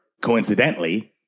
coincidentally